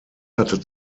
hatte